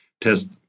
test